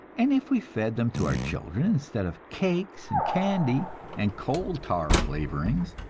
and if we fed them to our children instead of cakes and candy and coal-tar flavorings,